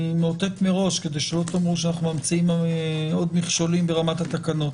אני מאותת מראש כדי שלא תגידו שאנחנו ממציאים עוד מכשולים ברמת התקנות